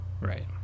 Right